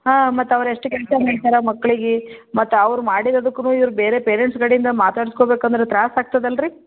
ಹಾಂ ಮತ್ತೆ ಅವ್ರು ಎಷ್ಟು ಕೆಲಸ ಮಾಡ್ತರೆ ಮಕ್ಳಿಗೆ ಮತ್ತೆ ಅವ್ರು ಮಾಡಿದದುಕೂ ಇವ್ರು ಬೇರೆ ಪೇರೆಂಟ್ಸ್ ಕಡೇಂದ ಮಾತಾಡ್ಸ್ಕೊಬೇಕಂದ್ರೆ ತ್ರಾಸ ಆಗ್ತದೆ ಅಲ್ರಿ